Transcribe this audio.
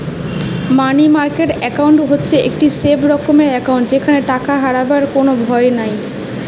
মানি market account হচ্ছে একটি safe রকমের একাউন্ট যেখানে টাকা হারাবার কোনো ভয় নাই